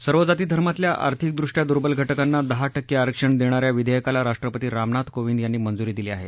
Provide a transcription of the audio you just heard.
सर्व जाती धर्मातल्या आर्थिकदृष्ट्या दुर्बल घटकांना दहा टक्के आरक्षण देणा या विधेयकाला राष्ट्रपती रामनाथ कोविंद यांनी मंजुरी दिली आहे